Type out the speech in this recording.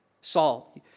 Saul